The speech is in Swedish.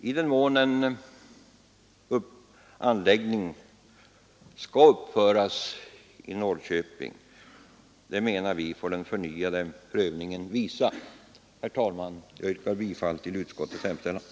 Frågan huruvida en anläggning bör uppföras i Norrköping menar vi att den förnyade prövningen får ge svar på. Herr talman! Jag yrkar bifall till utskottets hemställan.